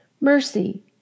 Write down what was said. Mercy